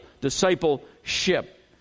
discipleship